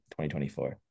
2024